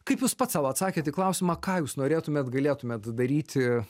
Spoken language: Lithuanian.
kaip jūs pats sau atsakėt į klausimą ką jūs norėtumėt galėtumėt daryti